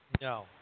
No